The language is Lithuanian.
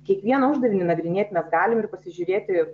kiekvieną uždavinį nagrinėt mes galim ir pasižiūrėti